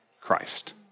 Christ